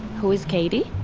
who is katie?